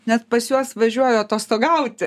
net pas juos važiuoju atostogauti